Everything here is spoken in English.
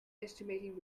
estimating